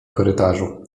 korytarzu